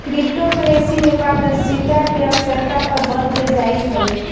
crypto currency में पारदर्शिता के आवश्यकता पर बल देल जाइत हइ